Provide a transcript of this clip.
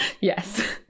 Yes